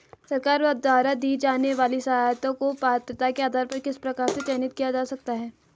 सरकार द्वारा दी जाने वाली सहायता को पात्रता के आधार पर किस प्रकार से चयनित किया जा सकता है?